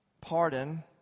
pardon